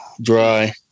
dry